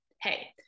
hey